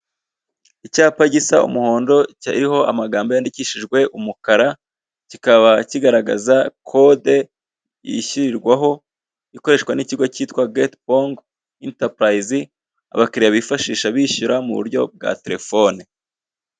Icyapa gisa umuhondo, cyariho amagambo yandikishijwe umukara. Kikaba kigaragaza kode yishyirwaho, ikoreshwa n'ikigo cyitwa gatepong enterprise abakiliriya bifashisha bishyura mu buryo bwa telefone.